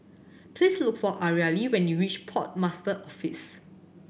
please look for Areli when you reach Port Master's Office